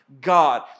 God